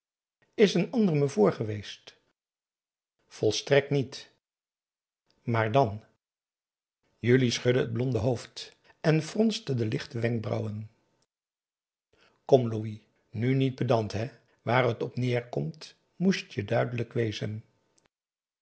n ander me vr geweest volstrekt niet maar dan julie schudde het blonde hoofd en fronste de lichte wenkbrauwen kom louis nu niet pedant hè waar het op neêrkomt moest je duidelijk wezen